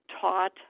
taught